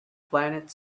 planet